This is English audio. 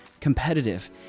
competitive